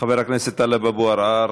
חבר הכנסת טלב אבו עראר,